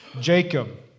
Jacob